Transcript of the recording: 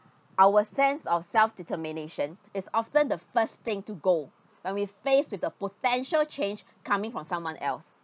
our sense of self determination is often the first thing to go when we faced with the potential change coming from someone else